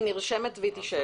היא נרשמת והיא תישאל.